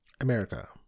America